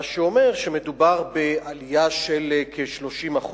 מה שאומר שמדובר בעלייה של כ-30%,